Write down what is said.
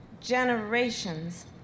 generations